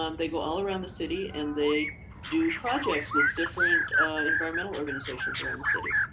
um they go all around the city and they do projects with different environmental organizations around the city.